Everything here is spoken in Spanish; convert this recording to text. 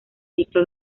ciclo